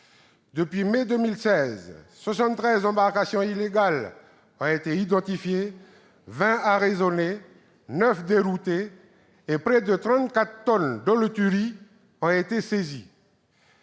Depuis mai 2016, 73 embarcations illégales ont été identifiées, 20 arraisonnées, 9 déroutées, et près de 34 tonnes d'holothuries ont été saisies.